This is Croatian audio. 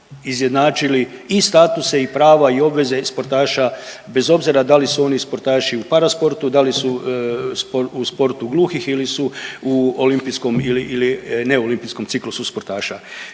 izjednačili i statuse i prava i obveze sportaša bez obzira da li su oni sportaši u parasportu, da li su u sportu gluhih ili su u olimpijskom ili, ili ne olimpijskom ciklusu sportaša.